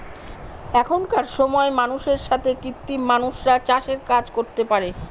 এখনকার সময় মানুষের সাথে কৃত্রিম মানুষরা চাষের কাজ করতে পারে